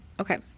Okay